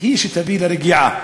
היא שתביא לרגיעה